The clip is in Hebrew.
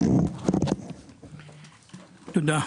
תודה.